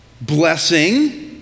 blessing